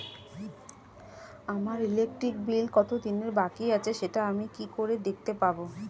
আমার electric bill কত দিনের বাকি আছে সেটা আমি কি করে দেখতে পাবো?